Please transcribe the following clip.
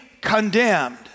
condemned